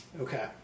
Okay